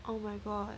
oh my god